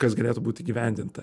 kas galėtų būt įgyvendinta